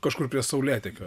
kažkur prie saulėtekio